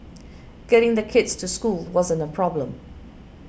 getting the kids to school wasn't a problem